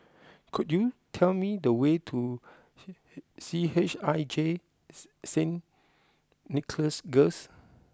could you tell me the way to C H I J Saint Nicholas Girls